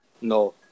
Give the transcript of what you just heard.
No